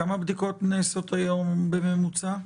כמה בדיקות נעשות היום בממוצע?